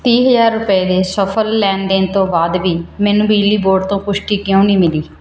ਤੀਹ ਹਜ਼ਾਰ ਰੁਪਏ ਦੇ ਸਫਲ ਲੈਣ ਦੇਣ ਤੋਂ ਬਾਅਦ ਵੀ ਮੈਨੂੰ ਬਿਜਲੀ ਬੋਰਡ ਤੋਂ ਪੁਸ਼ਟੀ ਕਿਉਂ ਨਹੀਂ ਮਿਲੀ